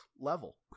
level